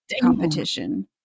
competition